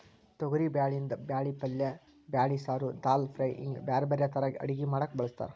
ತೊಗರಿಬ್ಯಾಳಿಯಿಂದ ಬ್ಯಾಳಿ ಪಲ್ಲೆ ಬ್ಯಾಳಿ ಸಾರು, ದಾಲ್ ಫ್ರೈ, ಹಿಂಗ್ ಬ್ಯಾರ್ಬ್ಯಾರೇ ತರಾ ಅಡಗಿ ಮಾಡಾಕ ಬಳಸ್ತಾರ